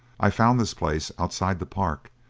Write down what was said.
i found this place, outside the park,